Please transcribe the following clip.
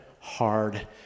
hard